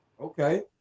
okay